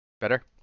Better